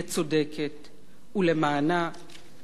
ולמענה גם שילם בחייו.